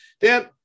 Dan